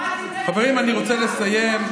שמעתי, חברים, אני רוצה לסיים.